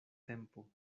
tempo